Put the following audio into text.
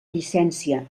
llicència